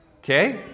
Okay